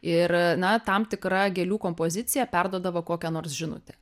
ir na tam tikra gėlių kompozicija perduodavo kokią nors žinutę